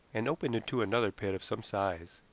and opened into another pit of some size.